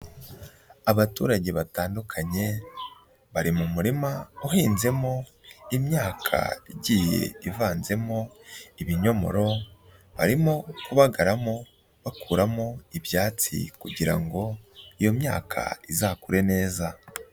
Abaturage batandukanye bari mu murima uhinzemo imyaka igiye ivanzemo ibinyomoro, barimo kubagaramo bakuramo ibyatsi kugira ngo iyo myaka izakure neza.